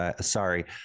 Sorry